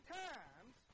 times